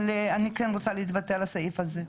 אבל אני כן רוצה לדבר על הסעיף הזה.